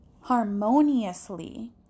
harmoniously